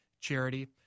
charity